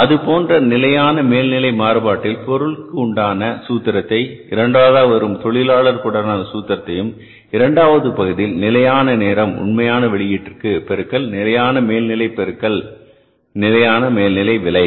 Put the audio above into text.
அதுபோன்றே நிலையான மேல்நிலை மாறுபாட்டில் பொருள் உடனான சூத்திரத்தை இரண்டாவதாக வரும் தொழிலாளர் உடனான சூத்திரத்தையும் இரண்டாவது பகுதியில் நிலையான நேரம் உண்மையான வெளியீட்டிற்கு பெருக்கல் நிலையான மேல்நிலை பெருக்கல் நிலையான மேல்நிலை விலை